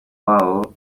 wabo